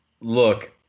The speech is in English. Look